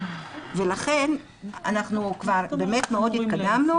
לכן אנחנו כבר באמת התקדמנו,